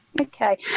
Okay